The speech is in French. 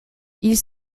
ils